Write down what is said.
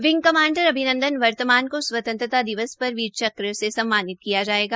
wing commander Abhinandan Varthaman को स्वतंत्रता दिवस पर वीर चक्र से सम्मानित किया जायेगा